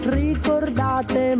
ricordate